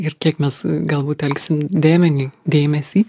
ir kiek mes galbūt telksim dėmenį dėmesį